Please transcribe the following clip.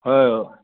হয়